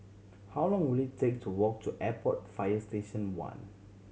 how long will it take to walk to Airport Fire Station One